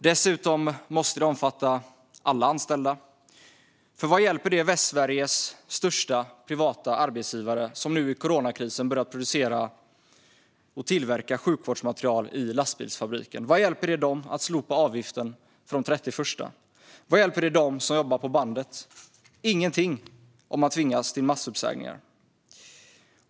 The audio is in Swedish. Dessutom måste detta omfatta alla anställda, för vad hjälper det Västsveriges största privata arbetsgivare - som nu i coronakrisen börjat producera och tillverka sjukvårdsmaterial i lastbilsfabriken - att avgiften slopas från den 31? Vad hjälper det dem som jobbar vid bandet? Inte alls om man tvingas till massuppsägningar.